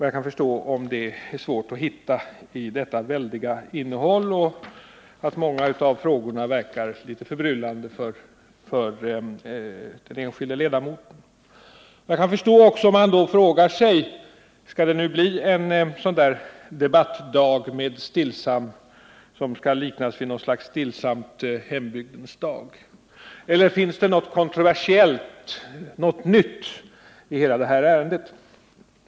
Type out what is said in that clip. Jag förstår att det är svårt att hitta i detta väldiga innehåll och att många av frågorna verkar litet förbryllande för den enskilde ledamoten. Det är också naturligt att man då frågar sig: Skall det nu bli en sådan där debattdag som kan liknas vid en stillsam hembygdsdag? Eller finns det något kontroversiellt och nytt i hela detta ärende?